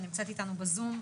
שנמצאת איתנו בזום,